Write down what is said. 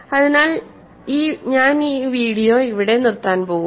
അതിനാൽ ഞാൻ ഈ വീഡിയോ ഇവിടെ നിർത്താൻ പോകുന്നു